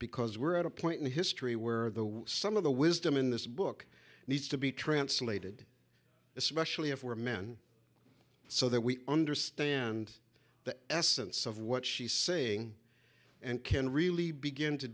because we're at a point in history where the some of the wisdom in this book needs to be translated especially if we're men so that we understand the essence of what she's saying and can really begin to